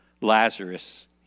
Lazarus